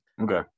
Okay